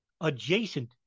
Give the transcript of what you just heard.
adjacent